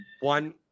one